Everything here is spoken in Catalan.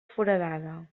foradada